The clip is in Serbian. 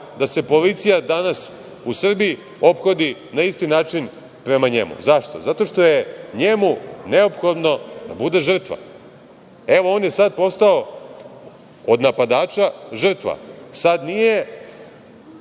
da se policija danas u Srbiji ophodi na isti način prema njemu.Zašto? Zato što je njemu neophodno da bude žrtva. Evo, on je sad postao od napadača žrtva. Sad nije